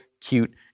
cute